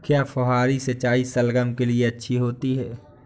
क्या फुहारी सिंचाई शलगम के लिए अच्छी होती है?